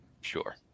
Sure